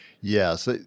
Yes